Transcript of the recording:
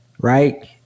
right